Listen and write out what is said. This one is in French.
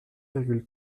virgule